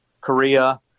Korea